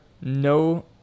no